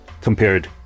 compared